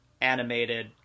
animated